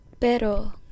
Pero